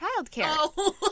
childcare